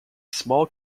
small